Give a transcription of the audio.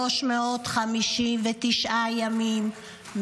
359 ימים,